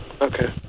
Okay